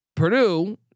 Purdue